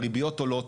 הריביות עולות.